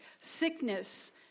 Sickness